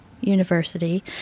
University